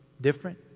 different